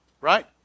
Right